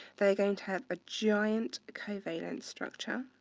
they're going to have a giant covalent structure.